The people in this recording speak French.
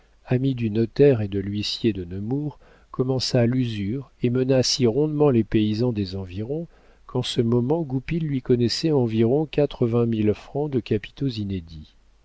ami du notaire et de l'huissier de nemours commença l'usure et mena si rondement les paysans des environs qu'en ce moment